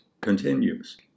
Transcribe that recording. continues